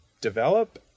develop